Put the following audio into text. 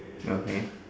okay